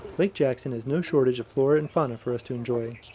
lake jackson has no shortage of flora and fauna for us to enjoy.